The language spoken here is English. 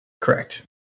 Correct